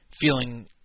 feeling